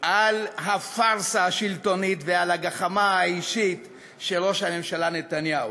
על הפארסה השלטונית ועל הגחמה האישית של ראש הממשלה נתניהו,